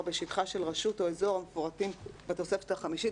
בשטחה של רשות או אזור המפורטים בתוספת החמישית",